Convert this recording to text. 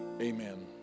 amen